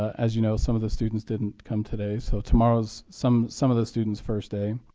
as you know, some of the students didn't come today. so tomorrow's some some of the students' first day.